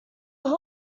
hall